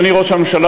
אדוני ראש הממשלה,